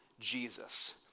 Jesus